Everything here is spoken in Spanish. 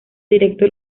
directo